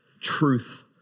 truth